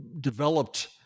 developed